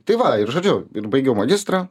tai va ir žodžiu ir baigiau magistrą